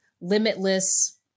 limitless